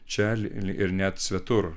čia ir net svetur